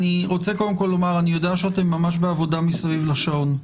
יודע שאתם ממש בעבודה מסביב לשעון.